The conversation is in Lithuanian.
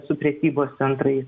su prekybos centrais